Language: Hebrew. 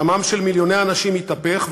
עולמם של מיליוני אנשים התהפך,